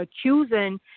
accusing